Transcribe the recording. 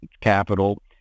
capital